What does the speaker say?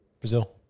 Brazil